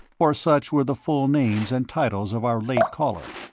for such were the full names and titles of our late caller.